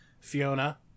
Fiona